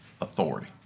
authority